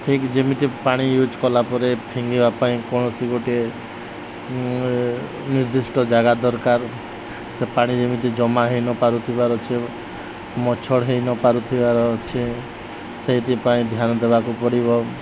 ଠିକ୍ ଯେମିତି ପାଣି ୟୁଜ୍ କଲା ପରେ ଫିଙ୍ଗିବା ପାଇଁ କୌଣସି ଗୋଟିଏ ନିର୍ଦ୍ଦିଷ୍ଟ ଜାଗା ଦରକାର ସେ ପାଣି ଯେମିତି ଜମା ହେଇନପାରୁଥିବାର ଅଛି ମଛଡ଼ ହେଇନପାରୁଥିବାର ଅଛି ସେଇଥିପାଇଁ ଧ୍ୟାନ ଦେବାକୁ ପଡ଼ିବ